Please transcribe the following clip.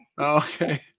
Okay